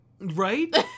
Right